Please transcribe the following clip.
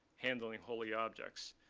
handling holy objects,